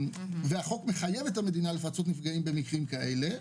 החוק בהולנד מחייב את המדינה לפצות את הנפגעים במקרים כאלו.